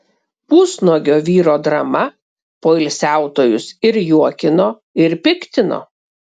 pusnuogio vyro drama poilsiautojus ir juokino ir piktino